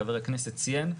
חבר הכנסת ציין,